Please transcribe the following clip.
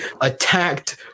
attacked